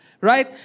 right